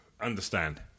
understand